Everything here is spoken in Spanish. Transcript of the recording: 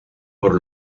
por